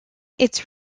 its